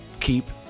keep